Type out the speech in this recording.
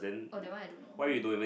eh that one I don't know